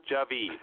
Javi